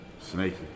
Snakey